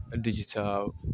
digital